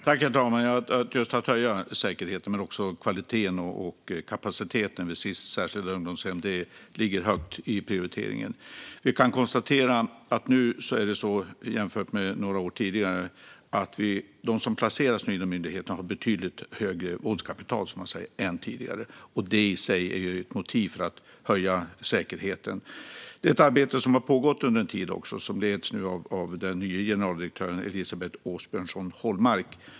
Herr talman! Just att höja säkerheten men också kvaliteten och kapaciteten vid Sis särskilda ungdomshem ligger högt i prioriteringen. Vi kan konstatera att jämfört med några år tidigare har de som nu placeras inom myndigheten ett betydligt högre våldskapital, som man säger, och det i sig är ett motiv för att höja säkerheten. Det är ett arbete som har pågått under en tid och som nu leds av den nya generaldirektören Elisabet Åbjörnsson Hollmark.